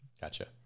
Gotcha